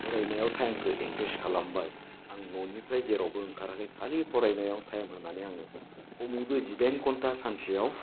फरायनायाव टाइमखौ इनभेस्ट खालामबाय आं न'निफ्राय जेरावबो ओंखाराखै खालि फरायनायाव टाइम होनानै आङो खमैबो जिदाइन घन्टा सानसेयाव